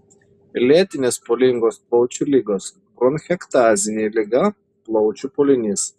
lėtinės pūlingos plaučių ligos bronchektazinė liga plaučių pūlinys